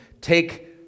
take